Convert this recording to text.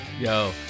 Yo